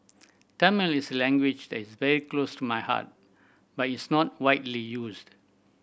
Tamil is a language that is very close to my heart but it's not widely used